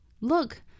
Look